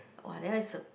[wah] that one is a